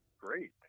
Great